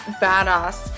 badass